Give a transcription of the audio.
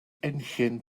enllyn